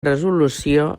resolució